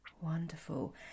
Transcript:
Wonderful